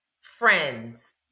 Friends